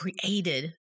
created